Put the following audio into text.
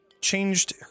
changed